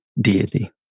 deity